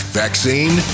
vaccine